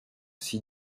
ainsi